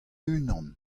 unan